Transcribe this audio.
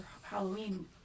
Halloween